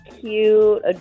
cute